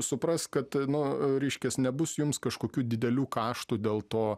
suprask kad nu reiškias nebus jums kažkokių didelių kaštų dėl to